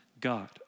God